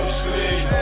sleep